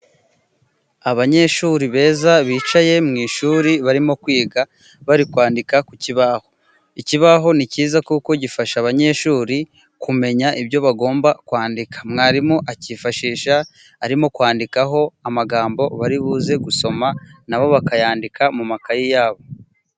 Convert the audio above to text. Abanyeshuri beza bicaye mu ishuri barimo kwiga, bari kwandika ku kibaho. Ikibaho ni cyiza kuko gifasha abanyeshuri kumenya ibyo bagomba kwandika. Mwarimu akifashisha arimo kwandikaho amagambo bari buze gusoma, na bo bakayandika mu makayi yabo.